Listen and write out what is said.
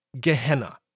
Gehenna